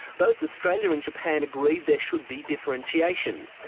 both australia and japan agreed there should be differentiation,